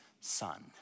son